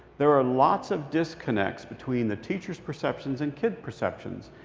there are lots of disconnects between the teachers' perceptions and kid perceptions.